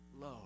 low